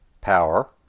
power